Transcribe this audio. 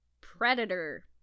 Predator